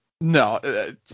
No